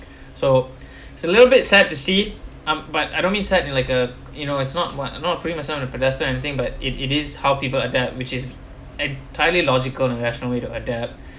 so it's a little bit sad to see um but I don't mean sad in like a you know it's not what not pretty much some of the pedestrian or anything but it it is how people adapt which is entirely logical and rational way to adapt